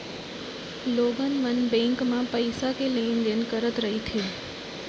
लोगन मन बेंक म पइसा के लेन देन करत रहिथे